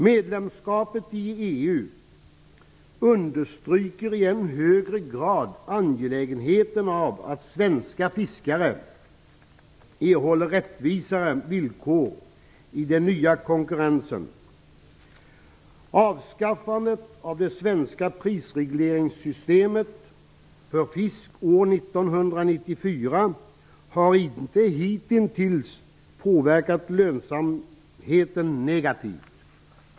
Medlemskapet i EU understryker i än högre grad angelägenheten av att svenska fiskare erhåller rättvisare villkor i den nya konkurrensen. Avskaffandet av det svenska prisregleringssystemet för fisk år 1994 har hittills inte påverkat lönsamheten negativt.